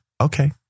okay